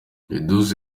edouce